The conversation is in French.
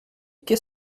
qu’est